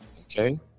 Okay